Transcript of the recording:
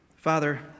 Father